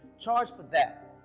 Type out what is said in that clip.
charge for that.